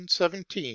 17